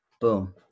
boom